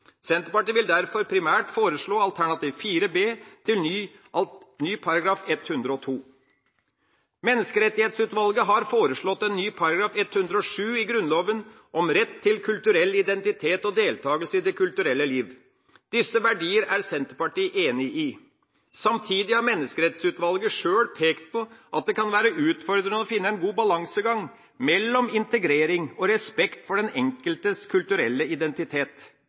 Senterpartiet vil derfor primært foreslå alternativ 4 B til ny § 102. Menneskerettighetsutvalget har foreslått en ny § 107 i Grunnloven om rett til kulturell identitet og deltakelse i det kulturelle liv. Disse verdier er Senterpartiet enig i. Samtidig har Menneskerettighetsutvalget sjøl pekt på at det kan være utfordrende å finne en god balansegang mellom integrering og respekt for den enkeltes kulturelle identitet.